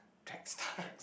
track star